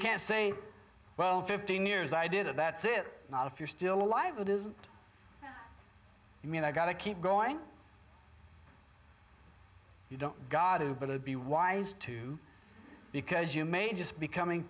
can say well fifteen years i did it that's it not if you're still alive it isn't i mean i got to keep going you don't god to but i would be wise to because you may just be coming